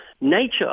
nature